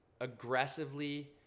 aggressively